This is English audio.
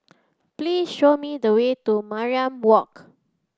please show me the way to Mariam Walk